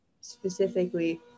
specifically